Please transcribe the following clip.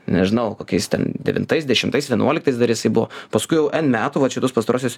nežinau kokiais ten devintais dešimtais vienuoliktais dar jisai buvo paskui jau n metų va čia tuos pastaruosius